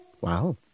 Wow